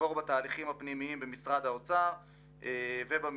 עבור בתהליכים הפנימיים במשרד האוצר ובממשלה,